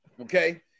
okay